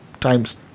times